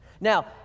Now